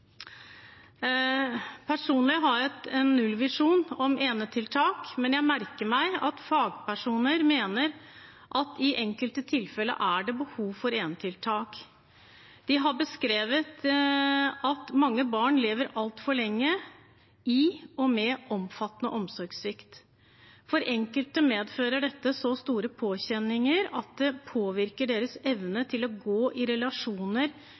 Personlig har jeg en nullvisjon om enetiltak, men jeg merker meg at fagpersoner mener at i enkelte tilfeller er det behov for enetiltak. De har beskrevet at mange barn lever altfor lenge i og med omfattende omsorgssvikt. For enkelte medfører dette så store påkjenninger at det påvirker deres evne til å inngå i relasjoner